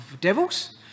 devils